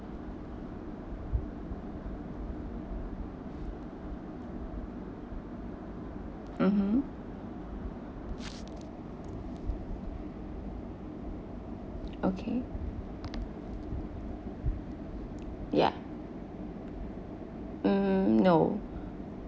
mmhmm okay ya mm no